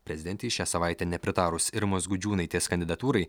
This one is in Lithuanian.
prezidentei šią savaitę nepritarus irmos gudžiūnaitės kandidatūrai